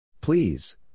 Please